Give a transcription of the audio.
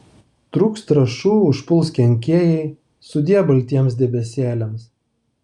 trūks trąšų užpuls kenkėjai sudie baltiems debesėliams